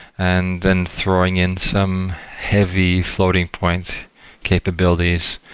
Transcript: and then throwing in some heavy floating-point capabilities,